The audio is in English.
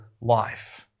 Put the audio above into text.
life